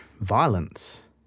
violence